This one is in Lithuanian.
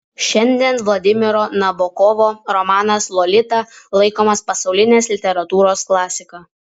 šiandien vladimiro nabokovo romanas lolita laikomas pasaulinės literatūros klasika